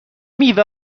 میوه